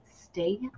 stay